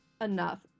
enough